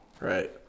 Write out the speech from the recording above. right